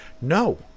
No